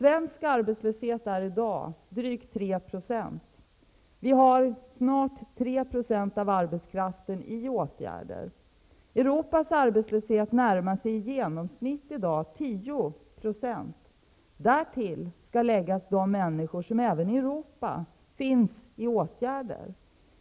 Den svenska arbetslöshetens nivå är i dag drygt 3 %. Vi har snart 3 % av arbetskraften i åtgärder. Europas arbetslöshet närmar sig i genomsnitt i dag 10 %. Därtill skall läggas de människor som även i Europa finns i åtgärder.